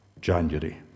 January